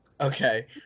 Okay